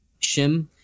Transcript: Shim